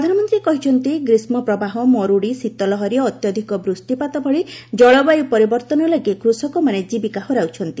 ପ୍ରଧାନମନ୍ତ୍ରୀ କହିଛନ୍ତି ଗ୍ରୀଷ୍ମ ପ୍ରବାହ ମରୁଡ଼ି ଶୀତଲହରୀ ଅତ୍ୟଧିକ ବୃଷ୍ଟିପାତ ଭଳି ଜଳବାୟୁ ପରିବର୍ଭନ ଲାଗି କୃଷକମାନେ ଜୀବିକା ହରାଉଛନ୍ତି